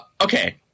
Okay